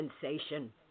sensation